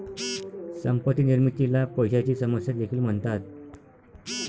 संपत्ती निर्मितीला पैशाची समस्या देखील म्हणतात